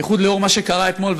בייחוד לנוכח מה שקרה אתמול,